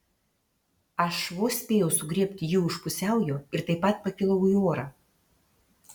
aš vos spėjau sugriebti jį už pusiaujo ir taip pat pakilau į orą